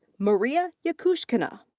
maria yakushkina.